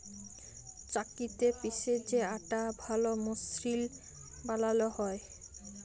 চাক্কিতে পিসে যে আটা ভাল মসৃল বালাল হ্যয়